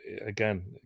again